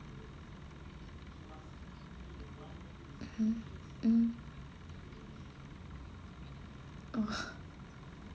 mm